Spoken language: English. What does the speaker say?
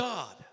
God